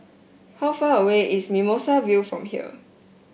how far away is Mimosa View from here